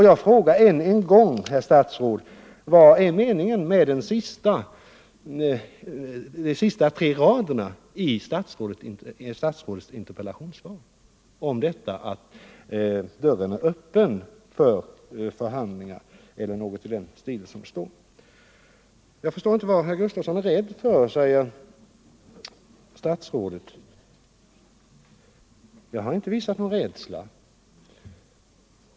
Jag frågar än en gång, herr statsråd: Vad är meningen med de tre sista raderna i interpellationssvaret om att dörren är öppen för överläggningar med kommunerna? ”Jag förstår inte vad herr Gustavsson är rädd för”, säger statsrådet. Jag har inte visat någon rädsla.